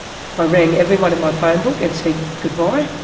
i rang everyone in my phone book and said goodbye.